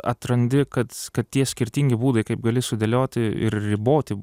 atrandi kad kad tie skirtingi būdai kaip gali sudėlioti ir riboti